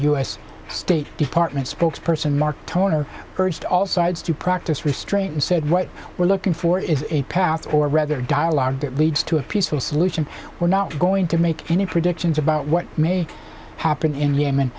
s state department spokesperson mark toner urged all sides to practice restraint and said what we're looking for is a path or rather dialogue that leads to a peaceful solution we're not going to make any predictions about what may happen in